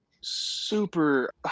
super